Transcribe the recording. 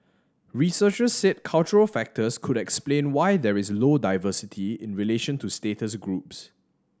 researchers said cultural factors could explain why there is low diversity in relation to status groups